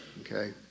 okay